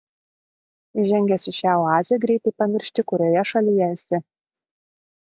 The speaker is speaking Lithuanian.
įžengęs į šią oazę greitai pamiršti kurioje šalyje esi